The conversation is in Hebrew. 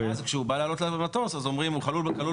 כשהוא בא לעלות למטוס רואים שהוא כלול